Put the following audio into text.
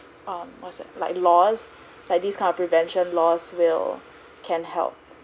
um what's that like laws like these kind of prevention laws will can help